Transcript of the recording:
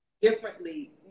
differently